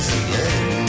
again